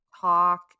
talk